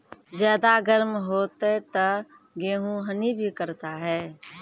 ज्यादा गर्म होते ता गेहूँ हनी भी करता है?